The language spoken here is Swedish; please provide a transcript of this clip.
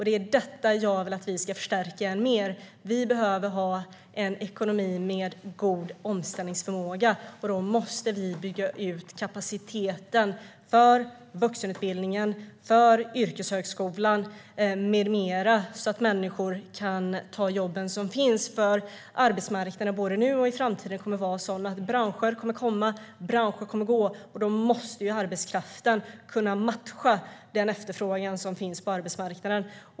Det är detta jag vill förstärka än mer. Vi behöver en ekonomi med god omställningsförmåga. Då måste vi bygga ut kapaciteten för vuxenutbildningen, för yrkeshögskolan med mera, så att människor kan ta de jobb som finns. Arbetsmarknaden både nu och i framtiden kommer att innebära att branscher kommer att komma och gå. Då måste arbetskraften kunna matcha den efterfrågan som finns på arbetsmarknaden.